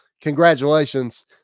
congratulations